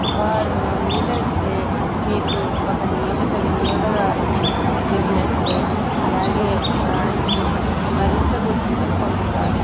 వారు అంగీకరిస్తే మీకు ఒక నియమిత వినియోగదారుడు దొరికినట్లే అలాగే బ్రాండ్కు మరింత గుర్తింపు పొందుతారు